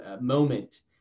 moment